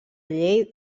llei